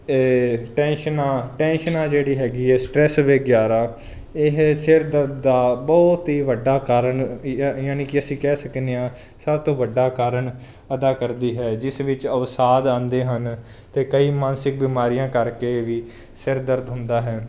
ਇਹ ਟੈਂਸ਼ਨਾਂ ਟੈਂਸ਼ਨ ਜਿਹੜੀ ਹੈਗੀ ਸਟਰੈਸ ਵੇਗੈਰਾ ਇਹ ਸਿਰ ਦਰਦ ਦਾ ਬਹੁਤ ਹੀ ਵੱਡਾ ਕਾਰਨ ਯਾ ਯਾਨੀ ਕਿ ਅਸੀਂ ਕਹਿ ਸਕਦੇ ਹਾਂ ਸਭ ਤੋਂ ਵੱਡਾ ਕਾਰਨ ਅਦਾ ਕਰਦੀ ਹੈ ਜਿਸ ਵਿੱਚ ਅਵਸਾਧ ਆਉਂਦੇ ਹਨ ਅਤੇ ਕਈ ਮਾਨਸਿਕ ਬਿਮਾਰੀਆਂ ਕਰਕੇ ਵੀ ਸਿਰ ਦਰਦ ਹੁੰਦਾ ਹੈ